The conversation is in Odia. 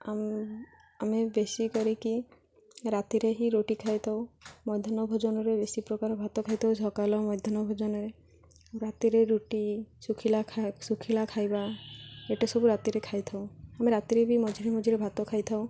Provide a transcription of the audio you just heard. ଆମ ଆମେ ବେଶୀ କରିକି ରାତିରେ ହିଁ ରୁଟି ଖାଇ ଥାଉ ମଧ୍ୟାହ୍ନ ଭୋଜନରେ ବେଶୀ ପ୍ରକାର ଭାତ ଖାଇ ଥାଉ ସକାଳ ମଧ୍ୟାହ୍ନ ଭୋଜନରେ ରାତିରେ ରୁଟି ଶୁଖିଲା ଶୁଖିଲା ଖାଇବା ଏଇଟା ସବୁ ରାତିରେ ଖାଇ ଥାଉ ଆମେ ରାତିରେ ବି ମଝିରେ ମଝିରେ ଭାତ ଖାଇ ଥାଉ